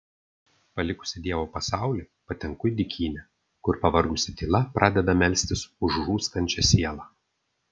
palikusi dievo pasaulį patenku į dykynę kur pavargusi tyla pradeda melstis už žūstančią sielą